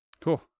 Cool